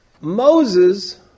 Moses